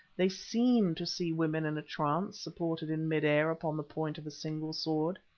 they seem to see women in a trance supported in mid-air upon the point of a single sword.